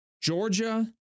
Georgia